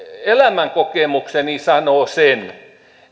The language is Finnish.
elämänkokemukseni sanoo sen